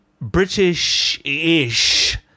British-ish